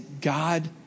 God